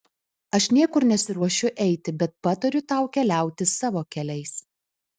aš niekur nesiruošiu eiti bet patariu tau keliauti savo keliais